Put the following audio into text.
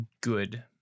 good